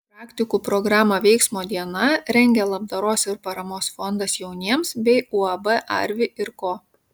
praktikų programą veiksmo diena rengia labdaros ir paramos fondas jauniems bei uab arvi ir ko